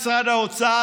משרד האוצר,